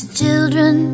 children